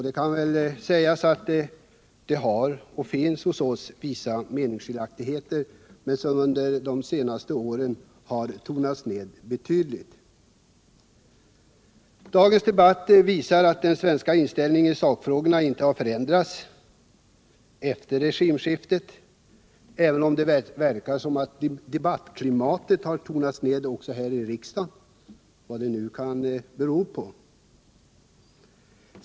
Det skall väl sägas att det hos oss finns vissa meningsskiljaktigheter, även om dessa under senare år tonats ned betydligt. Dagens debatt visar att den svenska inställningen i sakfrågorna inte förändrats efter regimskiftet, även om debatten har tonats ned även i riksdagen — vad nu detta kan bero på.